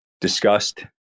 discussed